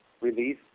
release